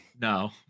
No